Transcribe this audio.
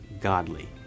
godly